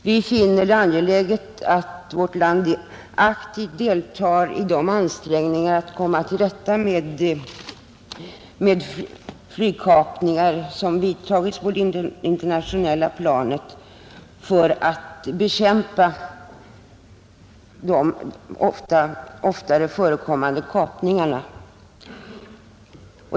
Vi finner det angeläget att vårt land aktivt deltar i de ansträngningar som gjorts på det internationella planet för att bekämpa de allt oftare förekommande kapningarna.